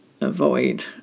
avoid